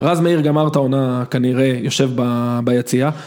רז מאיר גמר את העונה, כנראה, יושב ביציע.